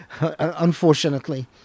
unfortunately